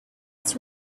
its